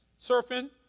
Surfing